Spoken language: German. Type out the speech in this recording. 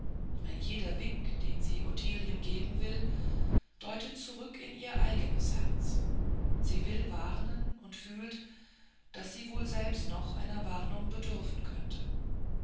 ein jeder wink den sie ottilien geben will deutet zurück in ihr eignes herz sie will warnen und fühlt daß sie wohl selbst noch einer warnung bedürfen könnte